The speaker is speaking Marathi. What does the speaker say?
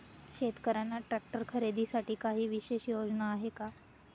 शेतकऱ्यांना ट्रॅक्टर खरीदीसाठी काही विशेष योजना आहे का?